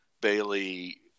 Bailey